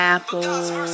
Apple